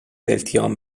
التیام